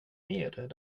mer